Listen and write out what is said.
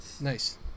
Nice